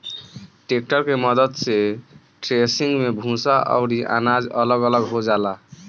tractor के मद्दत से थ्रेसिंग मे भूसा अउरी अनाज अलग अलग हो जाला